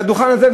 על הדוכן הזה,